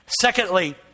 Secondly